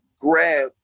grab